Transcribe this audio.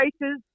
races